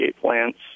plants